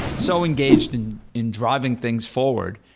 so engaged in in driving things forward,